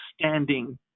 standing